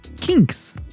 kinks